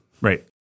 right